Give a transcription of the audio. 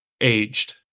aged